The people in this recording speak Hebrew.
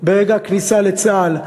ברגע הכניסה לצה"ל.